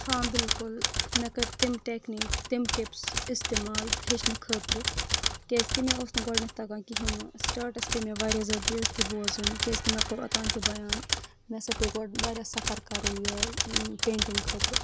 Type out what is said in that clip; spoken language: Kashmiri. ہاں بِلکُل مےٚ کٔر تِم ٹٮ۪کنیٖک تِم ٹِپٕس اِستعمال ہیٚچھنہٕ خٲطرٕ کیٛازکہِ مےٚ اوس نہٕ گۄڈٕنٮ۪تھ تَگان کِہیٖنۍ نہٕ سِٹاٹَس پے مےٚ واریاہ زیادٕ بے عزتی بوزٕنۍ کیٛازکہِ مےٚ کوٚر اوٚتام تہِ بَیان مےٚ ہسا پے گۄڈٕ واریاہ صفر کَرُن یہِ پینٛٹِنٛگ خٲطرٕ